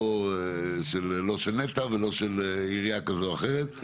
לא של נת"ע ולא של עירייה כזו או אחרת,